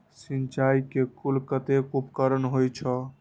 सिंचाई के कुल कतेक उपकरण होई छै?